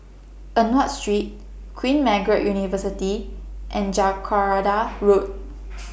Eng Watt Street Queen Margaret University and Jacaranda Road